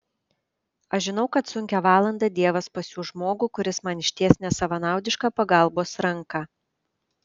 aš žinau kad sunkią valandą dievas pasiųs žmogų kuris man išties nesavanaudišką pagalbos ranką